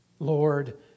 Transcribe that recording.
Lord